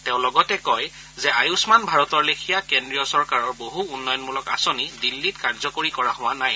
তেওঁ লগতে কয় যে আয়ন্মান ভাৰতৰ লেখীয়া কেন্দ্ৰীয় চৰকাৰৰ বহুতো উন্নয়নমূলক আঁচনি দিল্লীত কাৰ্যকৰী কৰা হোৱা নাই